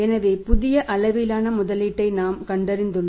எனவே புதிய அளவிலான முதலீட்டை நாம் கண்டறிந்துள்ளோம்